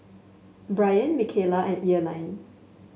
Brien Michaela and Earline